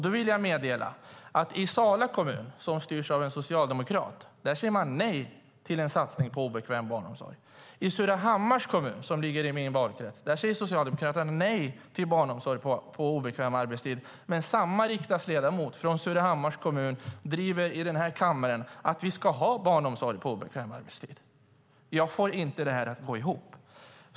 Då vill jag meddela att i Sala kommun, som styrs av en socialdemokrat, säger man nej till en satsning på barnomsorg på obekväm arbetstid. I Surahammars kommun, som ligger i min valkrets, säger Socialdemokraterna nej till barnomsorg på obekväm arbetstid. Men samma riksdagsledamot från Surahammars kommun driver i den här kammaren att vi ska ha barnomsorg på obekväm arbetstid. Jag får inte det att gå ihop.